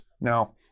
Now